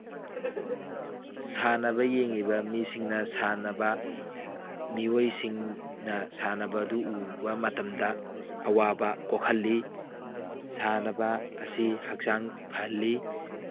ꯁꯥꯟꯅꯕ ꯌꯦꯡꯉꯤꯕ ꯃꯤꯁꯤꯡꯅ ꯁꯥꯟꯅꯕ ꯃꯤꯑꯣꯏꯁꯤꯡꯅ ꯁꯥꯟꯅꯕꯗꯨ ꯎꯕ ꯃꯇꯝꯗ ꯑꯋꯥꯕ ꯀꯣꯛꯍꯜꯂꯤ ꯁꯥꯟꯅꯕ ꯑꯁꯤ ꯍꯛꯆꯥꯡ ꯐꯍꯜꯂꯤ